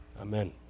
Amen